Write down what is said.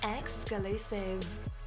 exclusive